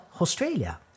Australia